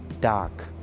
dark